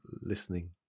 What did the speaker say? listening